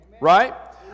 Right